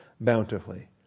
bountifully